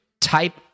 type